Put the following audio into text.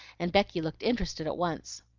and becky looked interested at once.